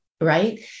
Right